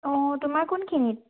অঁ তোমাৰ কোনখিনিত